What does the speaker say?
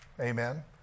Amen